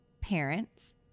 parents